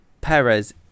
Perez